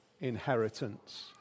inheritance